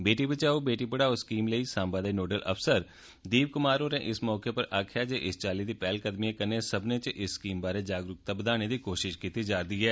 बेटी बचाओ बेटी पढ़ाओ स्कीम लेई साम्बा दे नोडल अफसर दीप कुमार होरें आक्खेआ जे इस चाल्ली दी पैहलकदमिएं कन्नै सब्बनें च इस स्कीम बारै जागरूकता बदाने दी कोशिश कीती जा'रदी ऐ